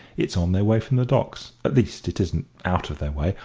it's on their way from the docks at least, it isn't out of their way.